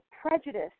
prejudice